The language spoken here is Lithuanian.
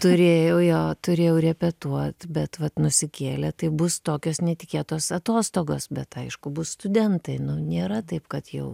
turėjau jo turėjau repetuot bet vat nusikėlė tai bus tokios netikėtos atostogos bet aišku bus studentai nu nėra taip kad jau